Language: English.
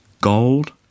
gold